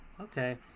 Okay